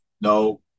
no